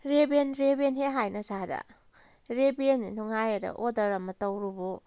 Ray-Ban ꯔꯦꯕꯦꯟꯅꯤ ꯍꯥꯏꯗꯅ ꯁꯥꯗꯅ ꯔꯦꯕꯦꯟꯅꯤ ꯅꯨꯡꯉꯥꯏꯌꯦꯗ ꯑꯣꯔꯗꯔ ꯑꯃ ꯇꯧꯔꯨꯕꯨ